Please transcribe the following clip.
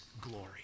glory